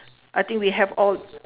I think we have all